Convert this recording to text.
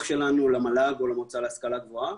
שלנו למל"ג או למועצה להשכלה גבוהה.